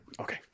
okay